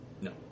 No